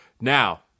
Now